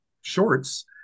shorts